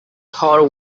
whole